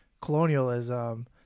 colonialism